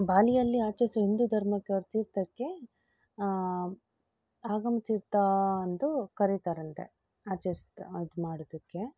ಬಾಲಿಯಲ್ಲಿ ಆಚರಿಸೋ ಹಿಂದೂ ಧರ್ಮಕ್ಕೆ ಅವ್ರ ತೀರ್ಥಕ್ಕೆ ಆಗಮ್ ತೀರ್ಥ ಅಂದು ಕರಿತಾರಂತೆ ಆಚರಿಸ್ತಾ ಇದು ಮಾಡುವುದಕ್ಕೆ